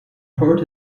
port